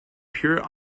pure